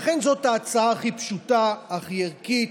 לכן, זאת ההצעה הכי פשוטה, הכי ערכית,